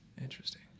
interesting